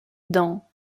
dans